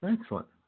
Excellent